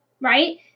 right